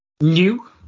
new